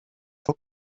for